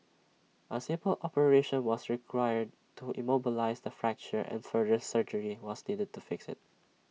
A simple operation was required to immobilise the fracture and further surgery was needed to fix IT